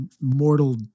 mortal